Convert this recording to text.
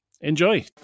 enjoy